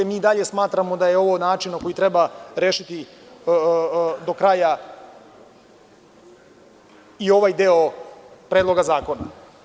Mi i dalje smatramo da je ovo način koji treba rešiti do kraja i ovaj deo Predloga zakona.